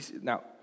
now